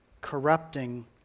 Corrupting